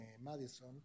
Madison